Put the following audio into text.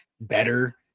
better